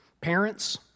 parents